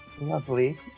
Lovely